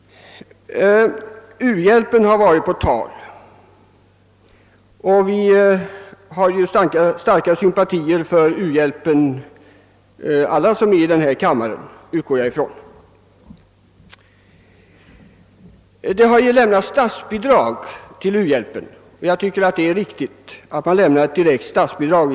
U-hjälpen har varit på tal, och jag utgår från att alla i denna kammare har starka sympatier för den. Det har ju lämnats statsbidrag till u-hjälpen, och enligt min mening är det också riktigt att det lämnas ett direkt statsbidrag.